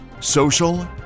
Social